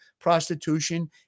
prostitution